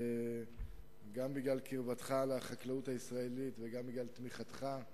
גם בגלל קרבתך לחקלאות הישראלית וגם בגלל תמיכתך,